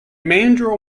mandrel